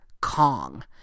Kong